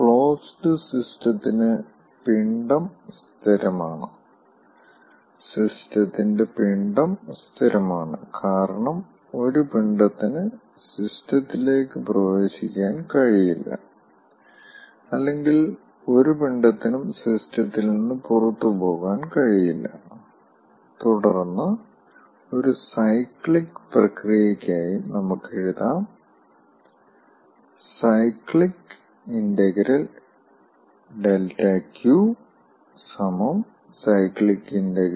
closed സിസ്റ്റത്തിന് പിണ്ഡം സ്ഥിരമാണ് സിസ്റ്റത്തിന്റെ പിണ്ഡം സ്ഥിരമാണ് കാരണം ഒരു പിണ്ഡത്തിന് സിസ്റ്റത്തിലേക്ക് പ്രവേശിക്കാൻ കഴിയില്ല അല്ലെങ്കിൽ ഒരു പിണ്ഡത്തിനും സിസ്റ്റത്തിൽ നിന്ന് പുറത്തുപോകാൻ കഴിയില്ല തുടർന്ന് ഒരു സൈക്ലിക് പ്രക്രിയയ്ക്കായി നമുക്ക് എഴുതാം ∮ δQ ∮ δW